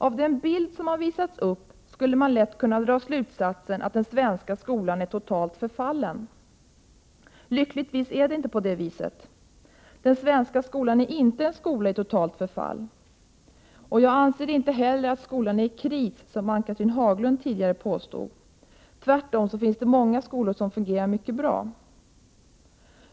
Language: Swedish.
Av den bild som visats upp skulle man lätt kunna dra slutsatsen att den svenska skolan är totalt förfallen. Det är lyckligtvis inte på det viset. Den svenska skolan är inte en skola i totalt förfall, och jag anser inte heller att den är en skola i kris, vilket Ann-Cathrine Haglund tidigare påstod. Det finns tvärtom många skolor som fungerar mycket bra.